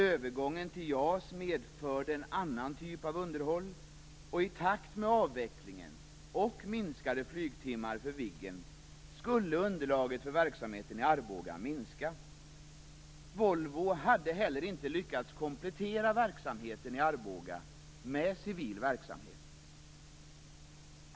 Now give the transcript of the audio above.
Övergången till JAS medförde en annan typ av underhåll, och i takt med avvecklingen och minskade flygtimmar för Viggen skulle underlaget för verksamheten i Arboga minska. Volvo hade inte heller lyckats komplettera verksamheten i Arboga med civil verksamhet.